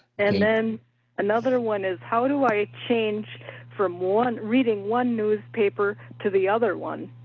and then another one is how do i change from one reading one newspaper to the other one?